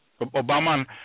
Obama